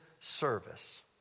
service